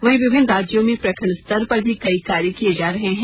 वही विभिन्न राज्यों में प्रखंड स्तर पर भी कई कार्य किए जा रहे हैं